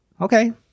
Okay